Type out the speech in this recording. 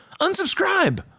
Unsubscribe